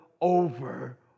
over